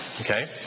Okay